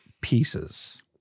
pieces